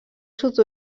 sud